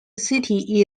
city